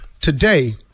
Today